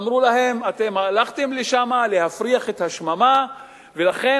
אמרו להם: אתם הלכתם לשם להפריח את השממה ולכן